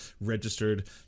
registered